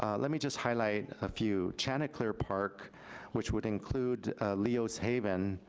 ah let me just highlight a few. chanticleer park which would include leo's haven,